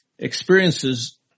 experiences